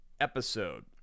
episode